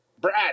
Brad